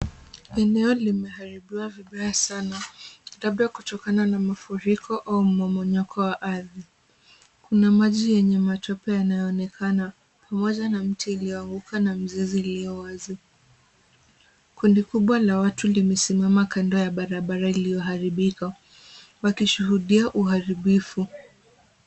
Eneo limeharibiwa vibaya sana labda kutokana na mafuriko au mmomonyoko wa ardhi. Kuna maji yenye matope yanayoonekana pamoja na mti ilioanguka na mzizi ilio wazi. Kundi kubwa la watu limesimama kando ya barabara iliyoharibika, wakishuhudia uharibifu.